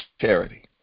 charity